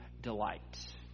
delight